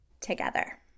together